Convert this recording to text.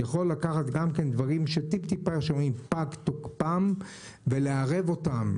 יכול לקחת דברים שטיפ-טיפה פג תוקפם ולערב אותם,